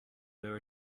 where